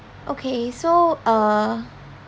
okay so err